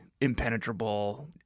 impenetrable